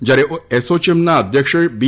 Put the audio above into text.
જયારે એસોચેમના અધ્યક્ષ બી